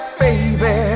baby